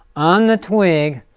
on the twig,